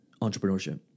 entrepreneurship